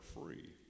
free